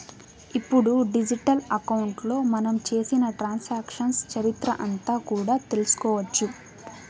ఇప్పుడు డిజిటల్ అకౌంట్లో మనం చేసిన ట్రాన్సాక్షన్స్ చరిత్ర అంతా కూడా తెలుసుకోవచ్చు